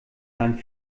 seinen